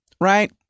right